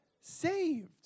saved